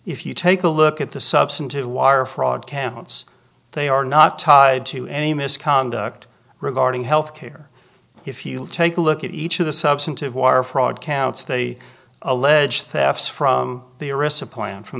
if you take a look at the substantive wire fraud candidates they are not tied to any misconduct regarding health care if you take a look at each of the substantive wire fraud counts they allege theft from the arrests a plan from